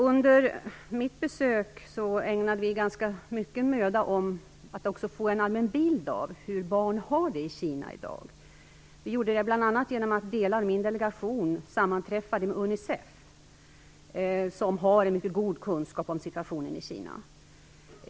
Under mitt besök ägnade vi också ganska mycken möda åt att få en allmän bild av hur barn har det i Kina i dag. Vi gjorde det bl.a. genom att hela min delegation sammanträffade med Unicef, som har en mycket god kunskap om situationen i Kina.